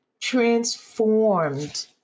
transformed